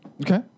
Okay